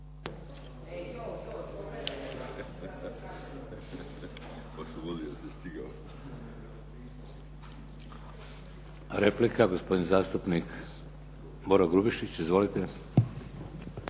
Replika gospodin zastupnik Boro Grubišić. Izvolite.